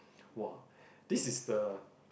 !wah! this is the